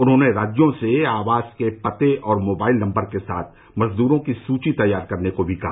उन्होंने राज्यों से आवास के पते और मोबाइल नम्बर के साथ मजदूरों की सूची तैयार करने को भी कहा